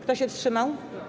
Kto się wstrzymał?